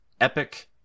Epic